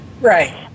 Right